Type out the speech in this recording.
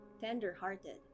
tender-hearted